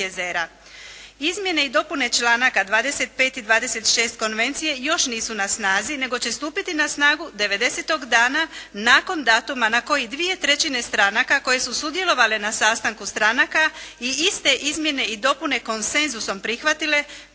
Izmjene i dopune članaka 25. i 26. konvencije još nisu na snazi nego će stupiti na snagu 90. dana nakon datuma na koji 2/3 stranaka koje su sudjelovale na sastanku stranaka i iste izmjene i dopune konsenzusom prihvatile